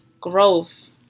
growth